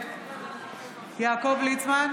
יעקב ליצמן,